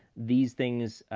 these things,